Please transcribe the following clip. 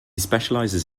specialized